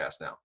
now